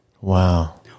Wow